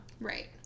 right